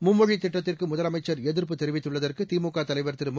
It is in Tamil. மும்மொழி திட்டத்திற்கு முதலமைச்ச் எதிர்ப்பு தெரிவித்துள்ளதற்கு திமுக தலைவர் திரு மு